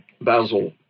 Basel